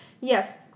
yes